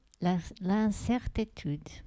l'incertitude